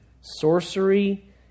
sorcery